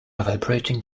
vibrating